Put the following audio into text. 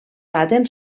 baten